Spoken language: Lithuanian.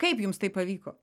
kaip jums tai pavyko